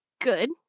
Good